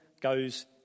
goes